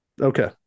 okay